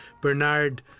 bernard